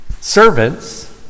servants